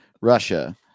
Russia